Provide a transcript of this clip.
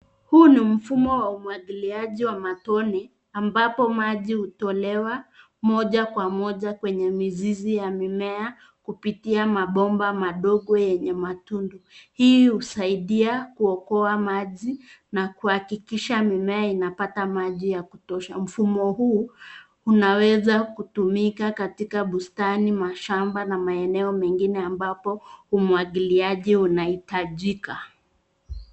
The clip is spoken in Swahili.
Huu ni mfumo wa umwagiliaji wa matone, ambapo maji hutolewa moja kwa moja kwenye mizizi ya mimea kupitia mabomba madogo yenye matundu, hii husaidia kuokoa maji na kuhakikisha mimea inapata maji ya kutosha. Mfumo huu, unaweza kutumika katika bustani, mashamba na maeneo mengine ambapo umwagiliaji unahitajika.